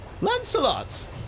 Lancelot